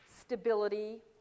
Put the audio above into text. stability